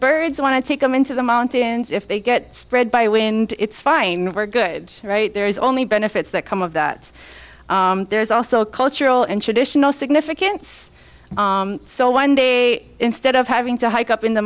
birds want to take them into the mountains if they get spread by wind it's fine for good right there is only benefits that come of that there's also a cultural and traditional significance so one day instead of having to hike up in the